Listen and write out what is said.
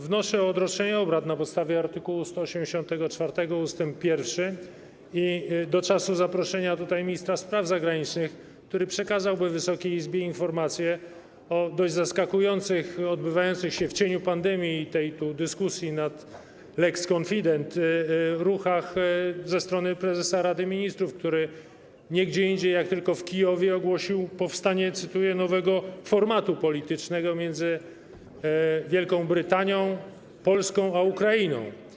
Wnoszę o odroczenie obrad na podstawie art. 184 ust. 1 - do czasu zaproszenia tutaj ministra spraw zagranicznych, który przekazałby Wysokiej Izbie informację o dość zaskakujących, odbywających się w cieniu pandemii i tej dyskusji nad lex konfident, ruchach ze strony prezesa Rady Ministrów, który nie gdzie indziej jak tylko w Kijowie ogłosił powstanie, cytuję: nowego formatu politycznego między Wielką Brytanią, Polską a Ukrainą.